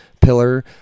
pillar